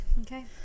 okay